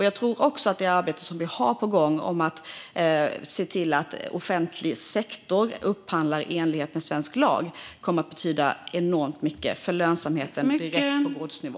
Jag tror också att det arbete som vi har på gång med att se till att offentlig sektor upphandlar i enlighet med svensk lag kommer att betyda enormt mycket för lönsamheten - direkt på gårdsnivå.